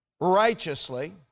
Righteously